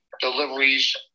deliveries